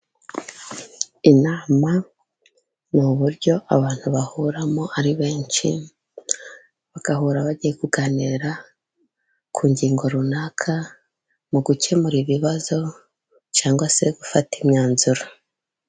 Inama ni uburyo abantu bahuramo ari benshi bagahura bagiye kuganira, ku ngingo runaka mu gukemura ibibazo cyangwa se gufata imyanzuro.